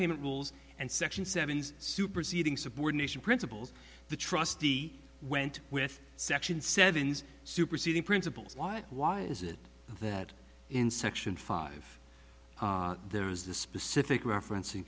payment rules and section seven superseding subordination principles the trustee went with section seven superseding principles why why is it that in section five there is the specific referenc